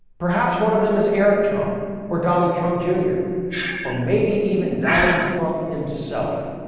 perhaps one of them is eric trump or donald trump jr or maybe even donald trump himself.